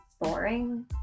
boring